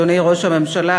אדוני ראש הממשלה,